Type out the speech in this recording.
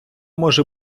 може